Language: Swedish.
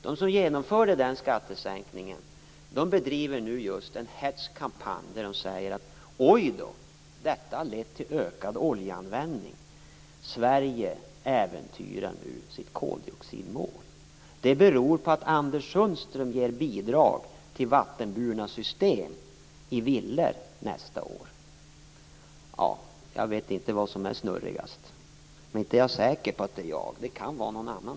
De som genomförde den skattesänkningen bedriver nu en hätsk kampanj, där de säger: Oj! Detta har lett till ökad oljeanvändning. Sverige äventyrar nu sitt koldioxidmål, och det beror på att Anders Sundström ger bidrag till vattenburna system i villor nästa år. Jag vet inte vem som är snurrigast, men jag är inte säker på att det är jag; det kan vara någon annan.